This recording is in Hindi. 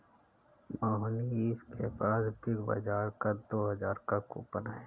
मोहनीश के पास बिग बाजार का दो हजार का कूपन है